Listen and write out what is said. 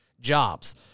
jobs